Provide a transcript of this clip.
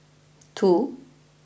two